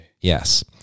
Yes